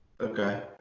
Okay